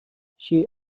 she